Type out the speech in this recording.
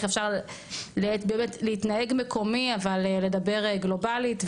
אפשר באמת להתנהג מקומי אבל לדבר גלובלית,